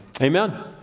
Amen